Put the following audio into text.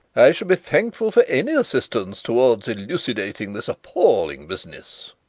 i shall be thankful for any assistance towards elucidating this appalling business,